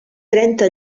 trenta